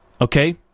Okay